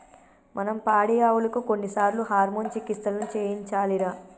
మనం పాడియావులకు కొన్నిసార్లు హార్మోన్ చికిత్సలను చేయించాలిరా